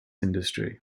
industry